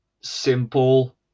simple